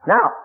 Now